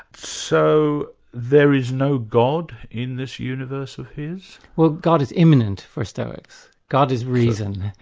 so there is no god in this universe of his? well god is immanent for stoics god is reason.